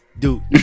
dude